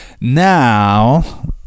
Now